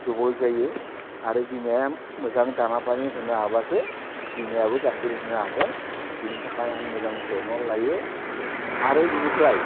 दुरबल जायो आरो बिमाया मोजां दानापानि होनो हाबासो बिमायाबो गाइखेर होनो हागोन बिनि थाखाय आं मोजां जथ्न' लायो आरो बेनिफ्राय